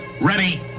Ready